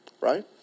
right